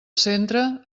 centre